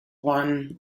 one